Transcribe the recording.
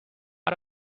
pot